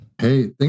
Hey